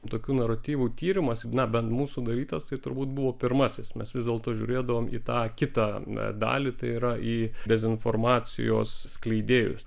tokių naratyvų tyrimas na bent mūsų darytas tai turbūt buvo pirmasis mes vis dėlto žiūrėdavom į tą kitą dalį tai yra į dezinformacijos skleidėjus